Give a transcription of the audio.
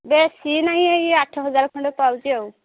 ବେଶୀ ନାଇଁ ଏଇ ଆଠ ହଜାର ଖଣ୍ଡେ ପାଉଛି ଆଉ